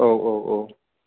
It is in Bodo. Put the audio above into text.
औ औ औ